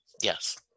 Yes